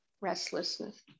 Restlessness